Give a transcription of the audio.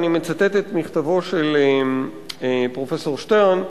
אני מצטט את מכתבו של פרופסור שטרן,